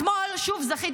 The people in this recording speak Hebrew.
אתמול שוב זכיתי,